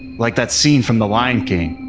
like that scene from the lion king.